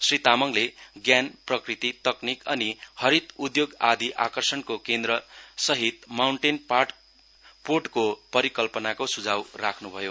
श्री तामाङले ज्ञान प्रकृति तक्रिक अनि हरित उद्योग आदि आर्कषणको केन्द्रसित पोर्टको परिकल्पनाको सुझाउ राख्नु भयो